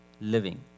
living